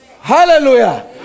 Hallelujah